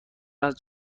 است